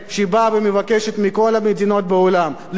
שבאה ומבקשת מכל המדינות בעולם לנקוט